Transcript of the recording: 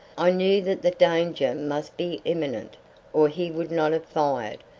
i knew that the danger must be imminent or he would not have fired,